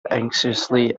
anxiously